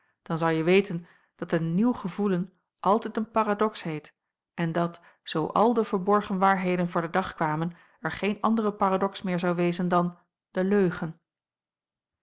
dan zou je weten dat een nieuw gevoelen altijd een paradox heet en dat zoo al de verborgen waarheden voor den dag kwamen er geen andere paradox meer zou wezen dan de leugen